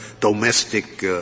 domestic